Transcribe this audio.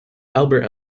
albert